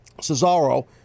Cesaro